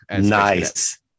Nice